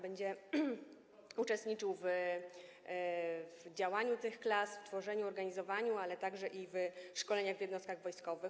Będzie uczestniczył w działaniu tych klas, w tworzeniu, organizowaniu, ale także i w szkoleniach w jednostkach wojskowych.